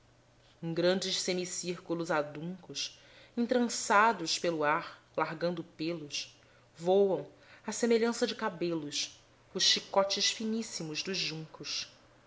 em grandes semicírculos aduncos entrançados pelo ar largando pêlos voam à semelhan ça de cabelos os chicotes finíssimos dos juncos